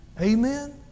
Amen